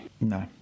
No